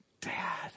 Dad